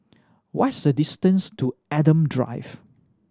what is the distance to Adam Drive